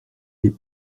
des